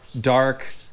dark-